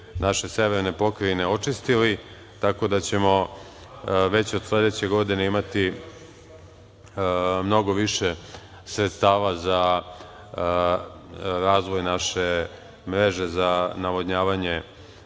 naše severne pokrajine očistili, tako da ćemo već od sledeće godine imati mnogo više sredstava za razvoj naše mreže za navodnjavanje